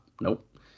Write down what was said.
Nope